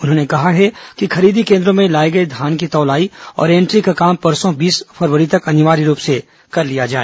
उन्होंने कहा है कि खरीदी केन्द्रों में लाए गए धान की तौलाई और एन्ट्री का काम परसों बीस फरवरी तक अनिवार्य रूप से कर लिया जाए